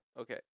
Okay